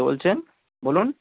কে বলছেন বলুন